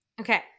Okay